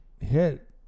hit